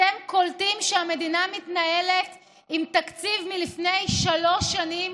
אתם קולטים שהמדינה מתנהלת עם תקציב מלפני שלוש שנים